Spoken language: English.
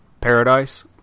paradise